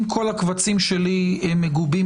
אם כל קבציי מגובים